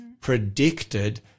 predicted